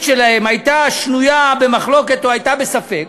שלהם הייתה שנויה במחלוקת או הייתה בספק.